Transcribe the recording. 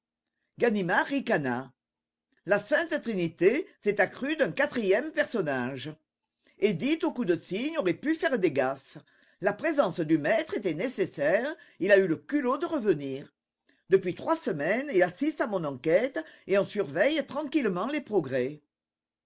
ganimard ricana la sainte trinité s'est accrue d'un quatrième personnage édith au cou de cygne aurait pu faire des gaffes la présence du maître était nécessaire il a eu le culot de revenir depuis trois semaines il assiste à mon enquête et en surveille tranquillement les progrès